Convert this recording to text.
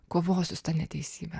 kovosiu su ta neteisybe